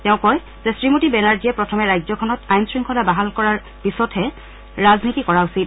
তেওঁ কয় যে শ্ৰীমতী বেনাৰ্জীয়ে প্ৰথমে ৰাজ্যখনত আইন শৃংখলা বাহাল কৰাৰ পিচতহে ৰাজনীতি কৰা উচিত